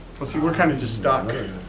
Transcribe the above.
but see, we're kind of just stuck.